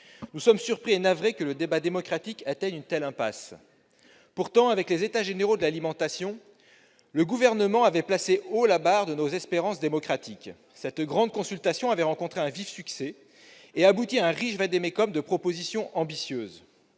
Nous sommes surpris et navrés que le débat démocratique aboutisse à une telle impasse. Pourtant, avec les États généraux de l'alimentation, le Gouvernement avait placé haut la barre de nos espérances démocratiques. Cette grande consultation avait rencontré un vif succès et abouti à un riche vade-mecumde propositions ambitieuses.